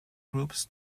groups